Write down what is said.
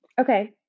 Okay